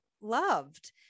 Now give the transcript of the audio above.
loved